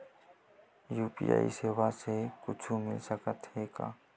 UPI सेवाएं से कुछु मिल सकत हे?